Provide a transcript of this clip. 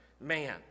man